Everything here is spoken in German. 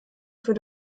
für